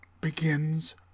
begins